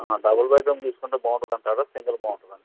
double bed room తీస్కుంటే బాగుంటదంటారా single బాగుంటదంటారా